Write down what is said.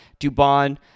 Dubon